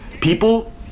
people